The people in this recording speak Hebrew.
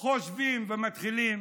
חושבים ומתחילים